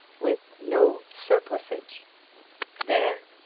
with no surplusage there,